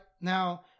now